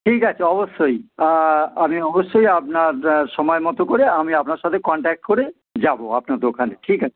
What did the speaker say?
ঠিক আছে অবশ্যই আমি অবশ্যই আপনার সময় মতো করে আমি আপনার সাথে কন্ট্যাক্ট করে যাবো আপনার দোকানে ঠিক আছে